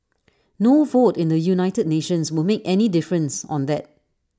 no vote in the united nations will make any difference on that